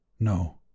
No